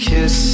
Kiss